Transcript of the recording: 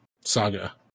saga